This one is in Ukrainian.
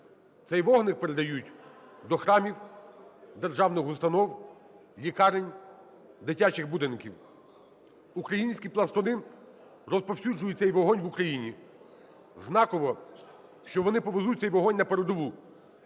Цей вогник передають до храмів, державних установ, лікарень, дитячих будинків. Українські пластуни розповсюджують цей вогонь в Україні. Знаково, що вони повезуть цей вогонь на передову